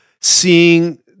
seeing